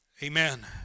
Amen